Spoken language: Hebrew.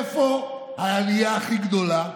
איפה העלייה הכי גדולה?